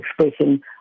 expression